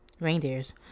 reindeers